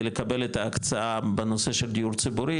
לקבל את ההקצאה בנושא של דיור ציבורי,